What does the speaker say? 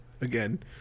again